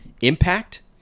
impact